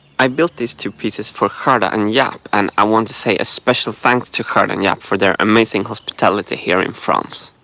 i built these two pieces for gerda and jaap and i want to say a special thanks to gerda and jaap for their amazing hospitality here in france